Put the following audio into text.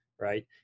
right